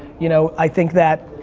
you know i think that